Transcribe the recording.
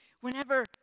whenever